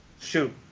shoot